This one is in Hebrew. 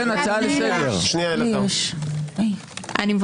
כן, אני מבקשת.